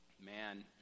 Man